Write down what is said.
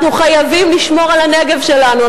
אנחנו חייבים לשמור על הנגב שלנו,